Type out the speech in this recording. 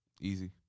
Easy